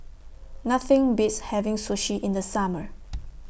Nothing Beats having Sushi in The Summer